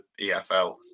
EFL